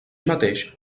mateix